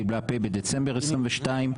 בסדר גמור.